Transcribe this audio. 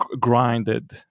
grinded